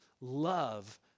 love